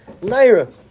naira